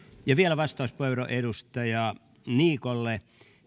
vielä vastauspuheenvuoro edustaja niikolle